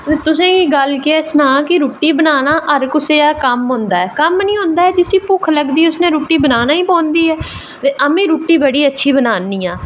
तुसें गी गल्ल केह् सनांऽ कि रुट्टी बनाना हर कुसै दा कम्म होंदा ऐ ते जिसगी भुक्ख लगदी ऐ ते उसने रुट्टी बनाना ई पौंदी ऐ ते आमीं रुट्टी बड़ी अच्छी बनान्नी आं